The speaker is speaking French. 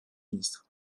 ministre